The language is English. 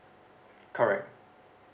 correct